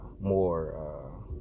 more